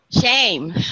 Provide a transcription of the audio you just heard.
Shame